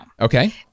Okay